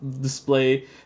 display